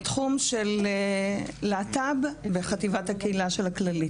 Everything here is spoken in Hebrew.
אני אחראית על תחום להט"ב בחטיבת הקהילה של הכללית.